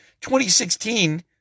2016